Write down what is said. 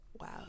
wow